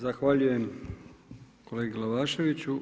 Zahvaljujem kolegi Glavaševiću.